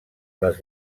les